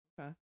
Okay